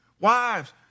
Wives